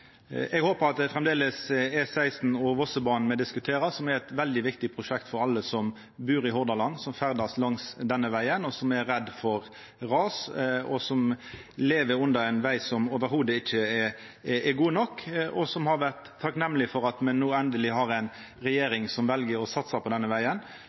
Eg håpar det framleis er E16 og Vossebanen me diskuterer. Det er eit veldig viktig prosjekt for alle som bur i Hordaland, som ferdast på denne vegen, som er redde for ras, og som lever med ein veg som ikkje i det heile er god nok. Dei er takknemlege for at me no endeleg har ei regjering som vel å satsa på denne